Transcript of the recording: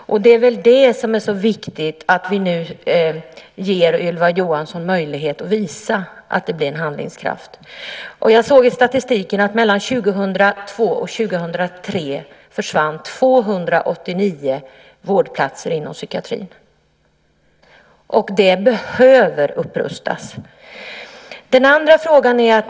Det är viktigt att vi nu ger Ylva Johansson möjlighet att visa handlingskraft. Jag såg i statistiken att mellan 2002 och 2003 försvann 289 vårdplatser inom psykiatrin. Det behöver upprustas.